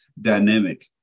dynamic